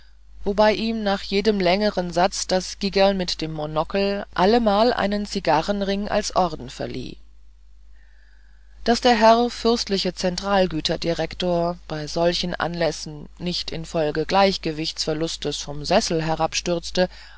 wobei ihm nach jedem längeren satz das gigerl mit dem monokel allemal einen zigarrenring als orden verlieh daß der herr fürstliche zentralgüterdirektor bei solchen anlässen nicht infolge gleichgewichtsverlustes vom sessel herabstürzte